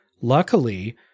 luckily